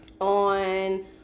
on